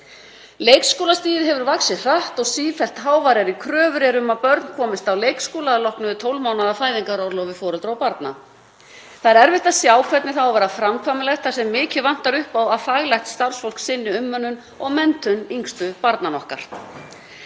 Leikskólastigið hefur vaxið hratt og sífellt háværari kröfur eru um að börn komist á leikskóla að loknu 12 mánaða fæðingarorlofi foreldra og barna. Það er erfitt að sjá hvernig það á að vera framkvæmanlegt þar sem mikið vantar upp á að faglegt starfsfólk sinni umönnun og menntun yngstu barnanna okkar.